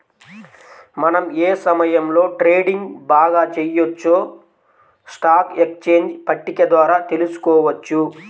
మనం ఏ సమయంలో ట్రేడింగ్ బాగా చెయ్యొచ్చో స్టాక్ ఎక్స్చేంజ్ పట్టిక ద్వారా తెలుసుకోవచ్చు